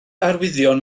arwyddion